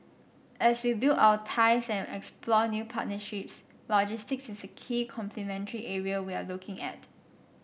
as we build our ties and explore new partnerships logistics is a key complementary area we are looking at